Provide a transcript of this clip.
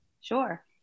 Sure